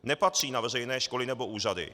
Nepatří na veřejné školy nebo úřady.